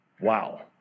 wow